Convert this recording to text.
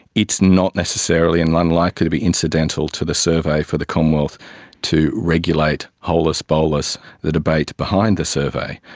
it's not necessarily and unlikely to be incidental to the survey for the commonwealth to regulate holus-bolus the debate behind the survey.